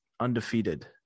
Undefeated